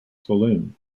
saloon